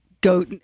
go